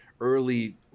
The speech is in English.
early